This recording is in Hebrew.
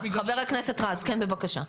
ח"כ רז בבקשה.